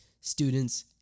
students